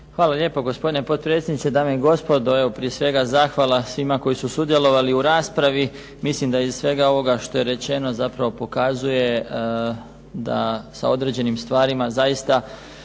Hvala lijepo gospodine potpredsjedniče, dame i gospodo. Evo prije svega zahvala svima koji su sudjelovali u raspravi. Misli da iz svega ovoga što je rečeno zapravo pokazuje da sa određenim stvarima zaista